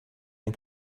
ein